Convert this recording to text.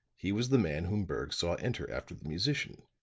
he was the man whom berg saw enter after the musician.